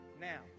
Now